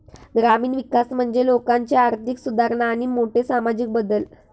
ग्रामीण विकास म्हणजे लोकांची आर्थिक सुधारणा आणि मोठे सामाजिक बदल